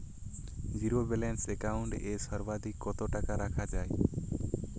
Zero balance account এ সর্বাধিক কত টাকা রাখা য়ায়?